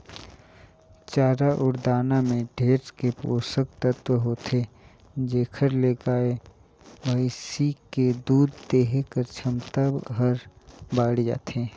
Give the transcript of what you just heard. चारा अउ दाना में ढेरे के पोसक तत्व होथे जेखर ले गाय, भइसी के दूद देहे कर छमता हर बायड़ जाथे